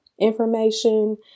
Information